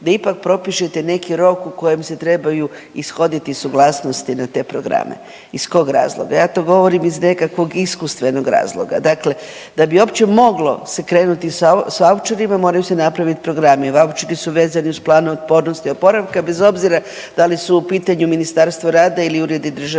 da ipak propišete neki rok u kojem se trebaju ishoditi suglasnosti na te programe? Iz kojeg razloga? Ja to govorim iz nekakvog iskustvenog razloga. Dakle, da bi opće se moglo krenuti s vaučerima, moraju se napraviti programi. Vaučeri su vezani uz plan otpornosti oporavka, bez obzira da li su u pitanju Ministarstvo rada ili uredi državne